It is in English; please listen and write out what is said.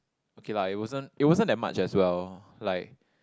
okay lah it wasn't it wasn't that much as well like